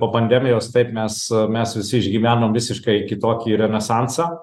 po pandemijos taip mes mes visi išgyvenom visiškai kitokį renesansą